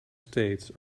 states